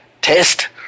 test